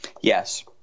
yes